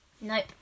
Nope